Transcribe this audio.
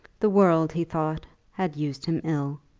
the world, he thought, had used him ill.